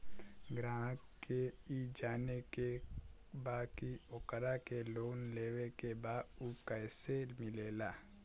ग्राहक के ई जाने के बा की ओकरा के लोन लेवे के बा ऊ कैसे मिलेला?